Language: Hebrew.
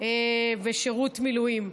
בשירות מילואים.